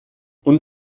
und